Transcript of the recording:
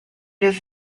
was